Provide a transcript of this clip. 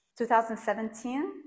2017